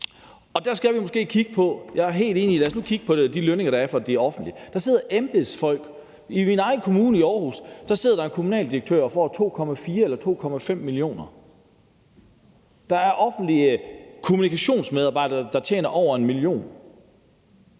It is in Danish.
sidder der en kommunaldirektør, der får 2,4 eller 2,5 mio. kr. Der er offentlige kommunikationsmedarbejdere, der tjener over 1 mio.